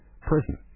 prison